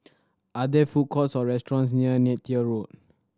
are there food courts or restaurants near Neythal Road